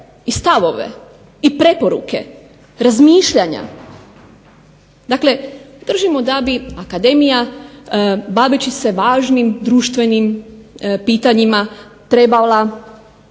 i stavove, i preporuke, razmišljanja. Dakle, držimo da bi akademija baveći se važnim, društvenim pitanjima trebala